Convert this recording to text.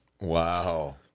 Wow